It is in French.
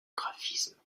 graphisme